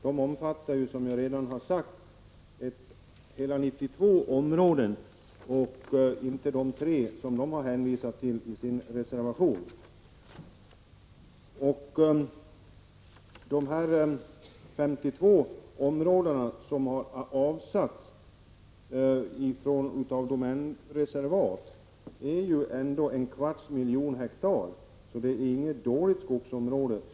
Det handlar, som jag redan har sagt, om hela 92 områden och inte bara om de tre som folkpartiledamöterna hänvisar till i sin reservation. De 52 områden som har avsatts genom överenskommelse med domänverket omfattar en kvarts miljon hektar, så det är inget dåligt skogsområde.